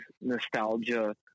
nostalgia